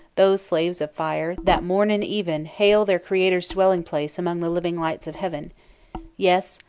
those slaves of fire, that morn and even hail their creator's dwelling-place among the living lights of heaven yes!